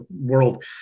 world